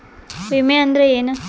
ವಿಮೆ ಅಂದ್ರೆ ಏನ?